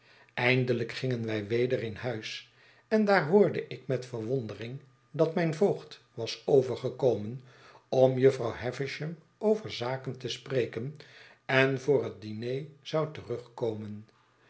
eindelijk gingen wij weder in huis en daar hoorde ik met verwondering dat mijn voogd was overgekomen om jufvrouw havisham over zaken te spreken en voor het diner zouterugkomen